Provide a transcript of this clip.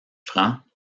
francs